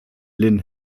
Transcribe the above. linn